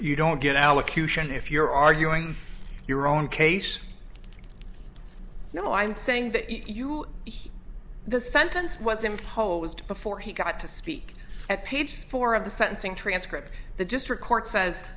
you don't get allocution if you're arguing your own case no i'm saying that you the sentence was imposed before he got to speak at page four of the sentencing transcript the district court says